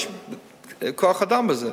יש כוח-אדם בזה.